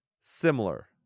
similar